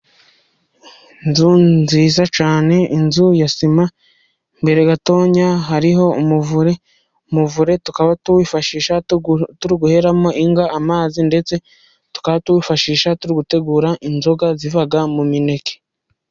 Inzu nziza cyane, inzu ya sima, imbere gato hariho umuvure. Umuvure tukaba tuwifashisha duheramo inka amazi, ndetse tukawifashisha turi gutegura inzoga ziva mu mineke.